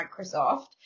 Microsoft